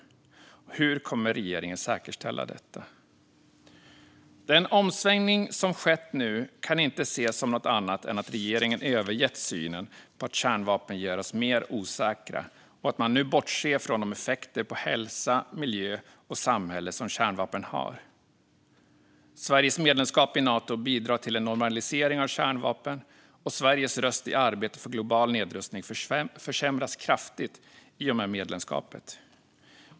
Hur kommer regeringen att säkerställa detta? Den omsvängning som skett nu kan inte ses som något annat än att regeringen övergett synen på att kärnvapen gör oss mer osäkra och att man nu bortser från de effekter på hälsa, miljö och samhälle som kärnvapen har. Sveriges medlemskap i Nato bidrar till en normalisering av kärnvapen, och Sveriges röst i arbetet för global nedrustning försämras kraftigt i och med medlemskapet.